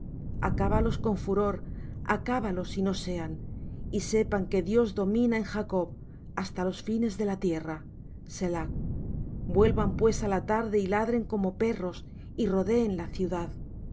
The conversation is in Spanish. acábalos con furor acábalos y no sean y sepan que dios domina en jacob hasta los fines de la tierra selah vuelvan pues á la tarde y ladren como perros y rodeen la ciudad